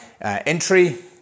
entry